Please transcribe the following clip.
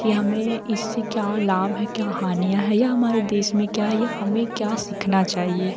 की हमें इससे क्या लाभ है क्या हानियाँ है या हमारे देश में क्या है या हमें क्या सीखना चाहिए